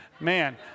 man